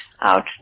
out